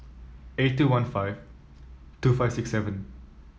eight two one five two five six seven